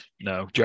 No